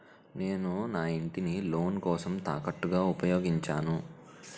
నేను నా ఇంటిని లోన్ కోసం తాకట్టుగా ఉపయోగించాను